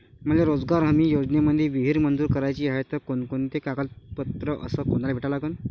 मले रोजगार हमी योजनेमंदी विहीर मंजूर कराची हाये त कोनकोनते कागदपत्र अस कोनाले भेटा लागन?